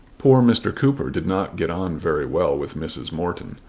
poor mr. cooper did not get on very well with mrs. morton.